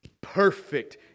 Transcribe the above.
Perfect